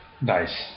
Nice